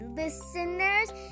Listeners